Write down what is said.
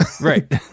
Right